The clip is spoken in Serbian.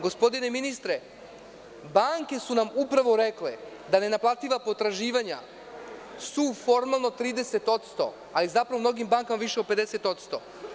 Gospodine ministre, banke su nam upravo rekle da ne naplativa potraživanja su formalno 30%, a zapravo u mnogim bankama više od 50%